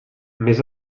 més